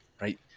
right